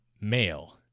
Male